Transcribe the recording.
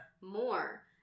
more